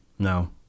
No